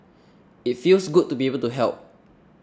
it feels good to be able to help